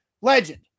legend